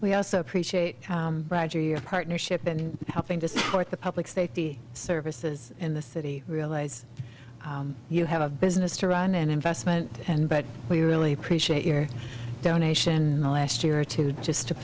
we also appreciate roger your partnership and helping to support the public safety services in the city realize you have a business to run and investment and but we really appreciate your donation the last year or two just to